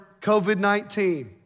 COVID-19